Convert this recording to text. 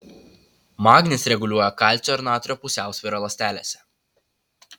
magnis reguliuoja kalcio ir natrio pusiausvyrą ląstelėse